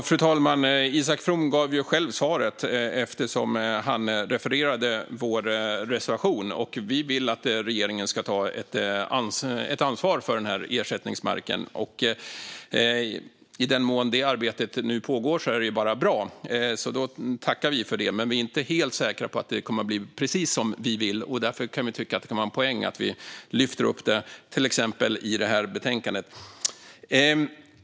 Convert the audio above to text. Fru talman! Isak From gav själv svaret när han refererade vår reservation. Vi vill att regeringen ska ta ett ansvar för den här ersättningsmarken. I den mån det arbetet pågår är det bara bra, så då tackar vi för det. Vi är dock inte helt säkra på att det kommer att bli precis som vi vill, och därför tycker vi att det kan vara en poäng att lyfta upp det till exempel i detta betänkande.